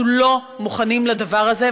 אנחנו לא מוכנים לדבר הזה,